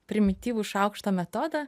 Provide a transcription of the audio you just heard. primityvų šaukšto metodą